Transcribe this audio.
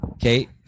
Kate